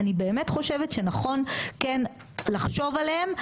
אני באמת חושבת שנכון כן לחשוב עליהם,